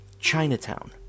Chinatown